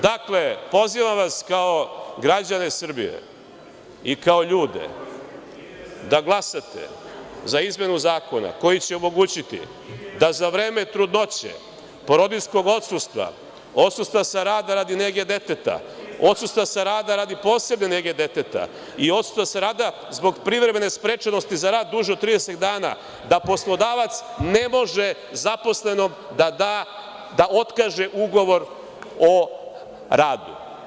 Dakle, pozivam vas kao građane Srbije i kao ljude da glasate za izmenu zakona koji će omogućiti da za vreme trudnoće, porodiljskog odsustva, odsustva sa rada radi nege deteta, odsustva sa rada radi posebne nege deteta i odsustva sa rada zbog privremene sprečenosti za rad duži od 30 dana, da poslodavac ne može zaposlenom da otkaže ugovor o radu.